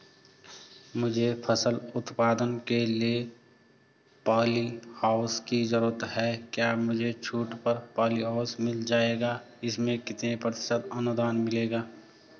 मुझे फसल उत्पादन के लिए प ॉलीहाउस की जरूरत है क्या मुझे छूट पर पॉलीहाउस मिल जाएगा इसमें कितने प्रतिशत अनुदान मिलेगा?